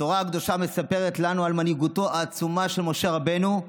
התורה הקדושה מספרת לנו על מנהיגותו העצומה של משה רבנו,